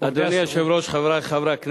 שההצעה עברה בקריאה הראשונה ותועבר להכנה